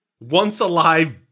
Once-alive